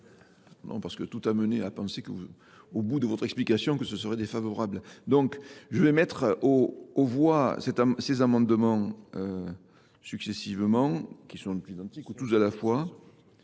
Non, parce que tout a mené à penser au bout de votre explication que ce serait défavorable. Donc, je vais mettre au voie ces amendements successivement, qui sont les plus identiques, tout à la fois